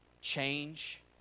change